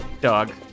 Dog